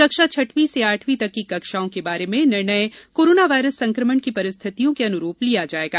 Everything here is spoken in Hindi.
कक्षा छठवीं से आठवीं तक की कक्षाओं के बारे में निर्णय कोरोना वायरस संक्रमण की परिस्थितियों अनुरूप लिया जाएगा